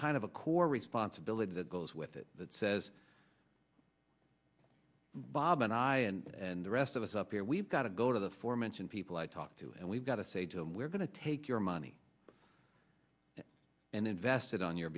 kind of a core responsibility that goes with it that says bob and i and the rest of us up here we've got to go to the fore mentioned people i talk to and we've got to say jim we're going to take your money and invest it on your